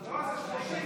לא,